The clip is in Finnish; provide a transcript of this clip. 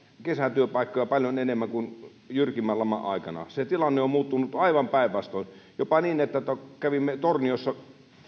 kesätyöpaikkoja paljon enemmän kuin jyrkimmän laman aikana se tilanne on muuttunut aivan päinvastoin jopa niin että kun kävimme torniossa